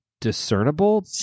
discernible